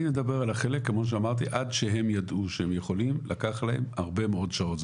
אני מדבר על החלק שעד שהם ידעו שהם יכולים לקח להם הרבה מאוד שעות.